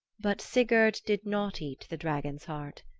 but sigurd did not eat the dragon's heart.